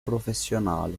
professionale